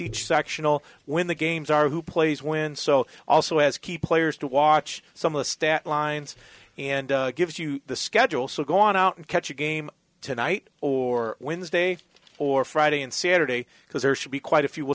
each sectional when the games are who plays when so also has key players to watch some of the stat lines and gives you the schedule so go on out and catch a game tonight or wednesday or friday and saturday because there should be quite a few will